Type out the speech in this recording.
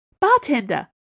Bartender